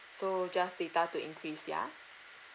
so just data to increase ya